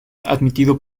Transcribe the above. admitido